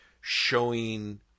showing